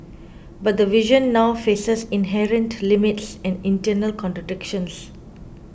but the vision now faces inherent limits and internal contradictions